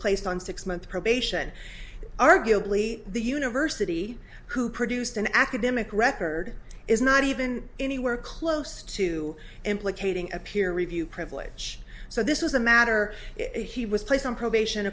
placed on six month probation arguably the university who produced an academic record is not even anywhere close to implicating a peer review privilege so this is a matter he was placed on probation